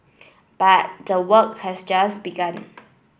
but the work has just begun